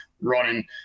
running